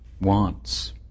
wants